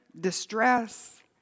distress